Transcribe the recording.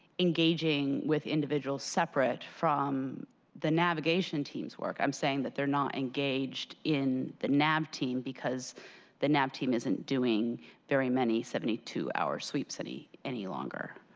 engaging with individuals separate from the navigation team's work. i'm saying they're not engaged in the nav team because the nav team isn't doing very many seventy two hour sweeps any any longer.